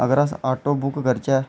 अगर अस auto book करचै